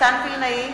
מתן וילנאי,